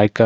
like